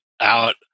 out